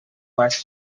last